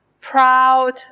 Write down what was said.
proud